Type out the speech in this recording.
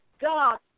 God